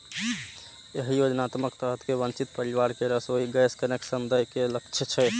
एहि योजनाक तहत वंचित परिवार कें रसोइ गैस कनेक्शन दए के लक्ष्य छै